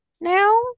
now